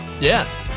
yes